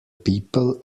people